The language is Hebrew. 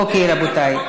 אוקיי, רבותיי.